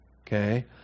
okay